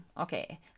okay